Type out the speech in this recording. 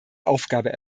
aufgabe